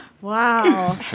Wow